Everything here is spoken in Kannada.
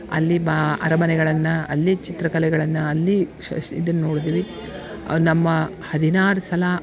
ಅಲ್ಲಿ ಬಾ ಅರಮನೆಗಳನ್ನ ಅಲ್ಲಿ ಚಿತ್ರಕಲೆಗಳನ್ನ ಅಲ್ಲಿ ಶಶ್ ಇದನ್ನ ನೋಡ್ದ್ವಿ ನಮ್ಮ ಹದಿನಾರು ಸಲ